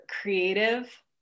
creative